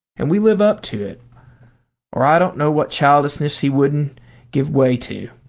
and we live up to it or i don't know what childishness he wouldn't give way to.